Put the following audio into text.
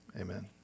Amen